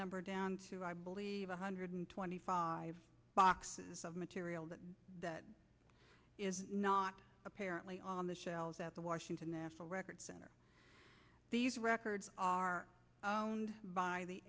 number down to i believe one hundred twenty five boxes of material that is not apparently on the shelves at the washington national record center these records are owned by the